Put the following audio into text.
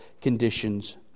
conditions